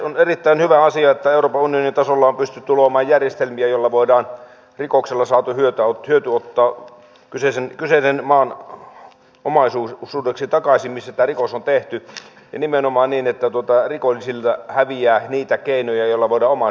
on erittäin hyvä asia että euroopan unionin tasolla on pystytty luomaan järjestelmiä joilla voidaan rikoksella saatu hyöty ottaa kyseisen maan omaisuudeksi takaisin missä tämä rikos on tehty nimenomaan niin että rikollisilta häviää niitä keinoja joilla voidaan omaisuutta salata